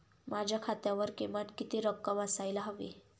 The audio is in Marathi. माझ्या खात्यावर किमान किती रक्कम असायला हवी?